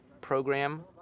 program